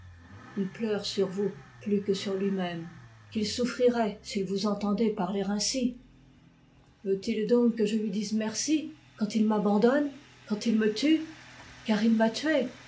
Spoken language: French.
il pleure sur vous plus que sur lui-même qu'il souffrirait s'il vous entendait parler ainsi veut-il donc que je lui dise merci quand il me tue car il m'a tuée